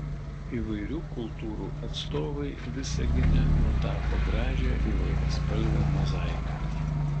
įvairių kultūrų atstovai visagine nutapo gražią įvairiaspalvę mozaiką